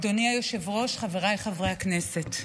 אדוני היושב-ראש, חבריי חברי הכנסת,